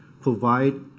provide